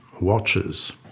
watches